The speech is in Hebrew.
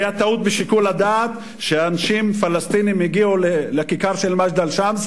היתה טעות בשיקול הדעת שאנשים פלסטינים הגיעו לכיכר של מג'דל-שמס.